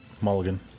Mulligan